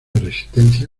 resistencia